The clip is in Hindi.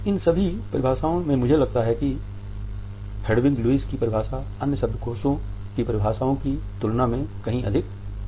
इन सभी परिभाषाओं में मुझे लगता है कि हेडविग लुईस की परिभाषा अन्य शब्दकोश की परिभाषाओं की तुलना में कहीं अधिक पूर्ण है